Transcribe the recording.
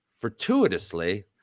fortuitously